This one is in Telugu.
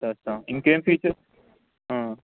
తర్వాత ఇంకేం ఫీచర్స్